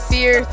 Fear